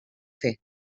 fer